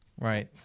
Right